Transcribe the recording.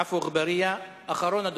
חבר הכנסת עפו אגבאריה, אחרון הדוברים,